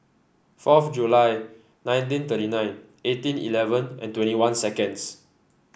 fourth July nineteen thirty nine eighteen eleven and twenty one seconds